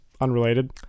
unrelated